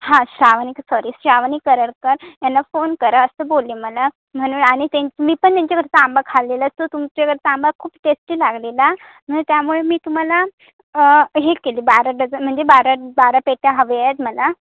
हां शावनी सॉरी श्रावणी करलकर यांना फोन करा असं बोलले मला म्हणून आणि त्यां मी पण त्यांच्याकडचे आंबा खाल्लेला तो तुमच्याकडचं आंबा खूप टेस्टी लागलेला म्हणून त्यामुळे मी तुम्हाला हे केले बारा डझन म्हणजे बारा बारा पेट्या हव्या आहेत मला